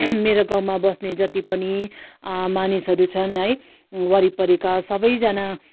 मेरो गाउँमा बस्ने जति पनि मानिसहरू छन् है वरिपरिका सबैजना